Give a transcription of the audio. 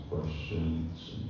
questions